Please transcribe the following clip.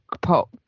pop